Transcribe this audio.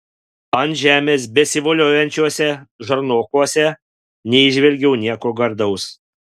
ant žemės besivoliojančiuose žarnokuose neįžvelgiau nieko gardaus